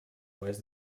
weighs